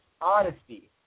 honesty